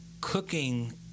cooking